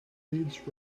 leeds